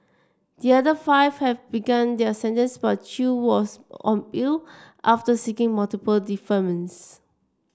the other five have begun their sentences but Chew was on bail after seeking multiple deferments